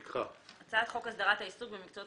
"הצעת חוק הסדרת העיסוק במקצועות